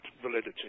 validity